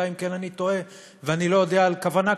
אלא אם כן אני טועה ואני לא יודע על כוונה כזאת.